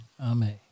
Amen